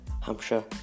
Hampshire